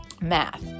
math